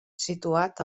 situat